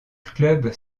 club